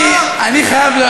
אני חייב,